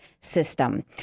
system